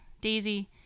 Daisy